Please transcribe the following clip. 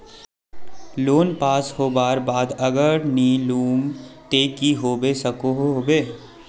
Loan पास होबार बाद अगर नी लुम ते की होबे सकोहो होबे?